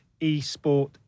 esport